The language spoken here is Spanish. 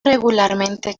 regularmente